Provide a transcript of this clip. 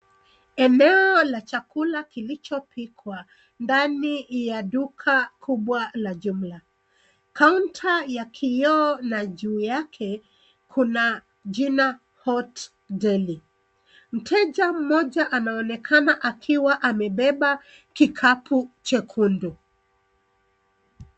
Eneo la chakula kilichopikwa ndani ya duka kubwa la jumla. Kaunta ya kioo na juu yake kuna jina hot deli . Mteja mmoja anaonekana akiwa amebeba kikapu chekundu.